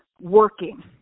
working